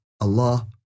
Allah